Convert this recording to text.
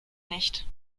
nicht